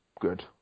good